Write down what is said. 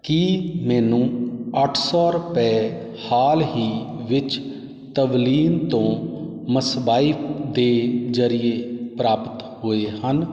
ਕੀ ਮੈਨੂੰ ਅੱਠ ਸੌ ਰੁਪਏ ਹਾਲ ਹੀ ਵਿੱਚ ਤਵਲੀਨ ਤੋਂ ਮਸਵਾਇਪ ਦੇ ਜ਼ਰੀਏ ਪ੍ਰਾਪਤ ਹੋਏ ਹਨ